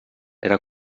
era